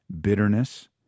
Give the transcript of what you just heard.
bitterness